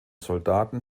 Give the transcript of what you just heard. soldaten